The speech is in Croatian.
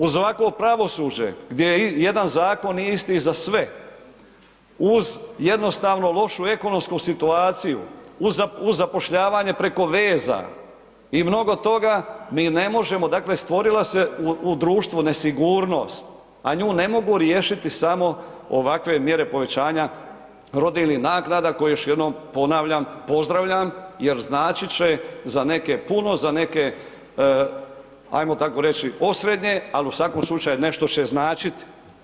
Uz ovakvo pravosuđe gdje jedan zakon nije isti za sve uz jednostavno lošu ekonomsku situaciju, uz zapošljavanje preko veza i mnogo toga mi ne možemo dakle stvorila se u društvu nesigurnost, a nju ne mogu riješiti samo ovakve mjere povećanja rodiljnih naknada koje još jednom ponavljam pozdravljam jer značit će za neke puno, za neke ajmo tako reći osrednje, ali u svakom slučaju nešto će značiti.